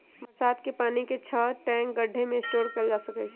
बरसात के पानी के छत, टैंक, गढ्ढे में स्टोर कइल जा सका हई